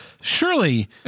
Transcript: Surely